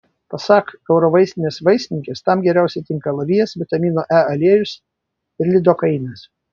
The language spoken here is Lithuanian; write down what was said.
pasak eurovaistinės vaistininkės tam geriausiai tinka alavijas vitamino e aliejus ir lidokainas